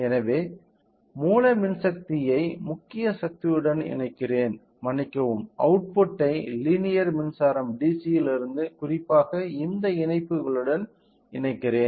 எனவே மூல மின்சக்தியை முக்கிய சக்தியுடன் இணைக்கிறேன் மன்னிக்கவும் அவுட்புட்டை லீனியர் மின்சாரம் டிசியிலிருந்து குறிப்பாக இந்த இணைப்பிகளுடன் இணைக்கிறேன்